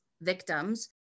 victims